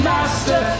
Master